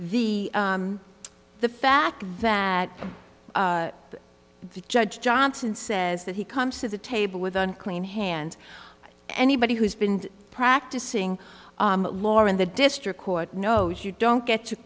the the fact that judge johnson says that he comes to the table with unclean hands anybody who's been practicing lawyer in the district court knows you don't get to